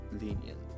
lenient